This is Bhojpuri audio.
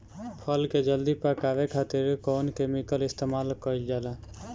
फल के जल्दी पकावे खातिर कौन केमिकल इस्तेमाल कईल जाला?